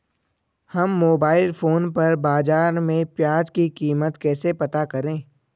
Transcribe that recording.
हम mobile phone पर बाज़ार में प्याज़ की कीमत कैसे पता करें?